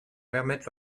permettre